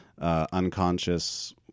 unconscious